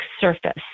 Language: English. surface